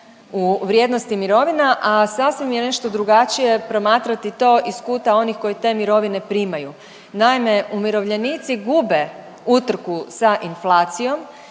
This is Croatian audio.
u vrijednosti mirovina, a sasvim je nešto drugačije promatrati to iz kuta onih koji te mirovine primaju. Naime, umirovljenici gube utrku sa inflacijom